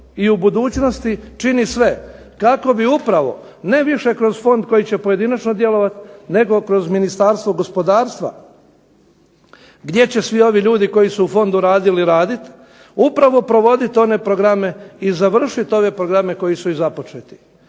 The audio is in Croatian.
i u budućnosti čini sve kako bi upravo ne više kroz fond koji će pojedinačno djelovati nego kroz Ministarstvo gospodarstva gdje će svi ovi ljudi koji su u fondu radili raditi upravo provoditi one programe i završit ove programe koji su i započeti.